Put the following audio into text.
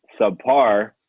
subpar